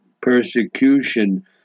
persecution